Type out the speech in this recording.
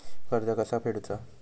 कर्ज कसा फेडुचा?